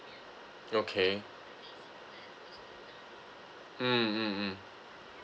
okay mm mm mm